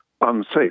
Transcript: unsafe